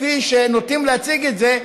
כפי שנוטים להציג את זה,